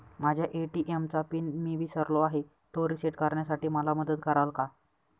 माझ्या ए.टी.एम चा पिन मी विसरलो आहे, तो रिसेट करण्यासाठी मला मदत कराल?